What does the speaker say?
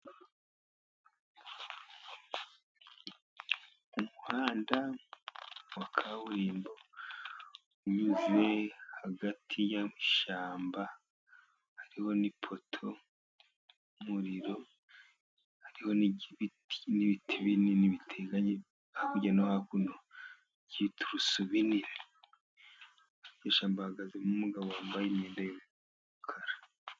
Mu muhanda wa kaburimbo unyuze hagati y'ishyamba, hariho ni ipoto y'umuriro, hariho n'ibiti binini biteganye hakurya no hakuno by'ibiturusu binini, iryo shyamba hahagazemo umugabo wambaye imyenda y'umukara.